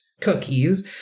cookies